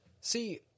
See